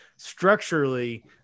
Structurally